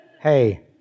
Hey